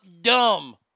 dumb